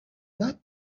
that